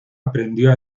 aprendió